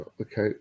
Okay